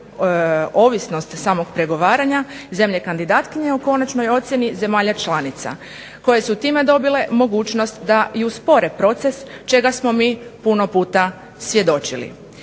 ovisnost samog pregovaranja zemlje kandidatkinje o konačnoj ocjeni zemalja članica koje su time dobile mogućnost da i uspore proces čega smo mi puno puta svjedočili.